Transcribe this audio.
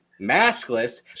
maskless